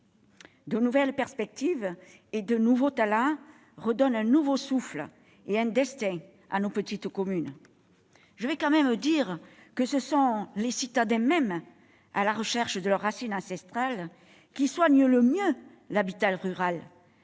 de nouvelles perspectives et de nouveaux talents apportent un nouveau souffle et redonnent un destin à nos petites communes. Par ailleurs, ce sont les citadins eux-mêmes, à la recherche de leurs racines ancestrales, qui soignent le mieux l'habitat rural.